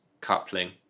coupling